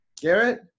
Garrett